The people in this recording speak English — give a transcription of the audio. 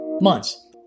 months